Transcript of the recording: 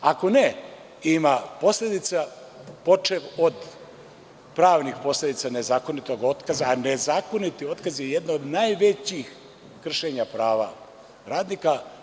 Ako ne, ima posledica, počev od pravnih posledica nezakonitog otkaza, a nezakonit otkaz je jedno od najvećih kršenja prava radnika.